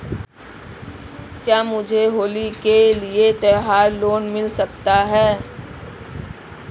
क्या मुझे होली के लिए त्यौहार लोंन मिल सकता है?